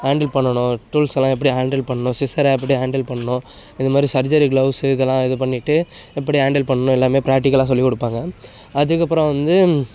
handle பண்ணணும் tools எல்லாம் எப்படி ஹாண்டில் பண்ணணும் சிஸரை எப்படி ஹாண்டில் பண்ணணும் இது மாதிரி சர்ஜரி க்ளவுஸு இதெல்லாம் இது பண்ணிட்டு எப்படி ஹாண்டில் பண்ணணும் எல்லாமே ப்ராக்டிக்கலாக சொல்லிக் கொடுப்பாங்க அதற்கப்பறோம் வந்து